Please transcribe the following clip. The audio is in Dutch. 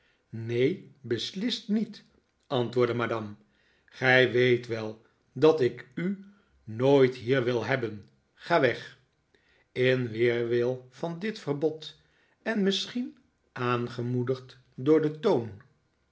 neen beslist niet antwoordde madame gij weet wel dat ik u nooit hier wil hebben ga weg in weerwil van dit verbod en misschien aangemoedigd door den toon